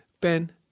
Ben